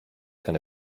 going